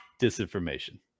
disinformation